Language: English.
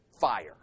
fire